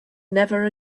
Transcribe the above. never